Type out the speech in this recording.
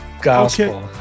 Gospel